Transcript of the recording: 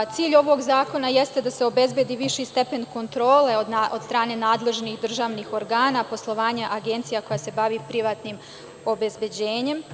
Cilj ovog zakona jeste da se obezbedi viši stepen kontrole od strane nadležnih državnih organa, poslovanja agencija koje se bave privatnim obezbeđenjem.